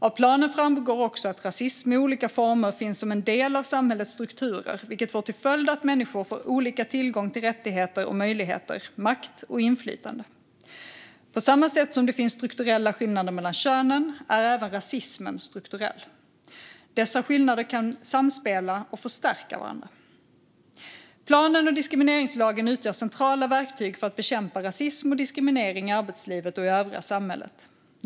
Av planen framgår också att rasism i olika former finns som en del av samhällets strukturer, vilket får till följd att människor får olika tillgång till rättigheter och möjligheter, makt och inflytande. På samma sätt som det finns strukturella skillnader mellan könen är även rasismen strukturell. Dessa skillnader kan samspela och förstärka varandra. Planen och diskrimineringslagen utgör centrala verktyg för att bekämpa rasism och diskriminering i arbetslivet och i övriga samhället.